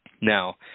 now